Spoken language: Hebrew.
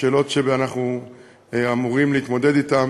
בשאלות שאנחנו אמורים להתמודד אתן